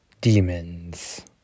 Demons